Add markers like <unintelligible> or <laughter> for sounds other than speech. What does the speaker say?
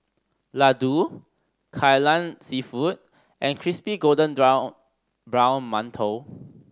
laddu Kai Lan Seafood and crispy golden <unintelligible> brown mantou